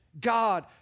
God